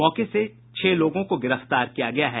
मौके से छह लोगों को गिरफ्तार किया गया है